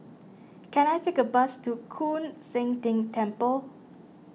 can I take a bus to Koon Seng Ting Temple